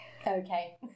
okay